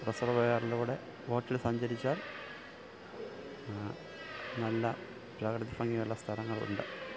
റിസെർവെയറിലൂടെ റോട്ടിൽ സഞ്ചരിച്ചാൽ നല്ല പ്രകൃതി ഭംഗിയുള്ള സ്ഥലങ്ങളുണ്ട്